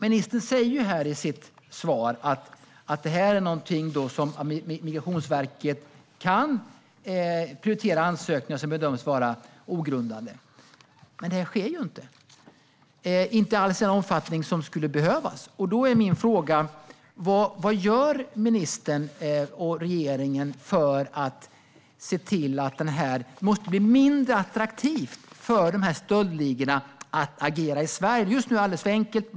Ministern säger i sitt svar att Migrationsverket kan prioritera ansökningar som bedöms vara ogrundade. Men det sker inte alls i den omfattning som skulle behövas. Min fråga är: Vad gör ministern och regeringen för att se till att det blir mindre attraktivt för dessa stöldligor att agera i Sverige? Just nu är det alldeles för enkelt.